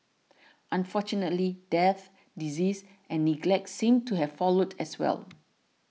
unfortunately death disease and neglect seemed to have followed as well